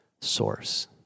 source